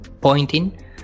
pointing